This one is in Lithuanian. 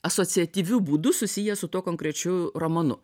asociatyviu būdu susiję su tuo konkrečiu romanu